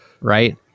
right